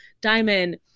Diamond